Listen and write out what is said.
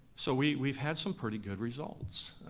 so we've we've had some pretty good results.